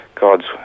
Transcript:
God's